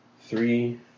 three